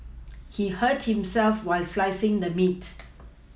he hurt himself while slicing the meat